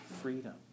freedom